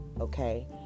Okay